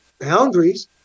Boundaries